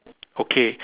okay